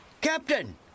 Captain